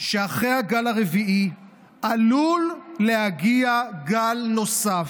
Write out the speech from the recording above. שאחרי הגל הרביעי עלול להגיע גל נוסף,